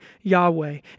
Yahweh